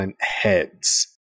heads